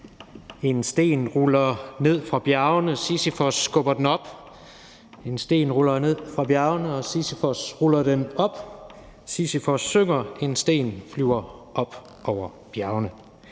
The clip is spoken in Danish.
En sten ruller ned fra bjergene/ Sisyfos skubber den op/ En sten ruller ned fra bjergene/ Sisyfos skubber den op/ Sisyfos synger:/ En sten flyver op over bjergene«.